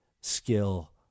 skill